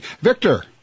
Victor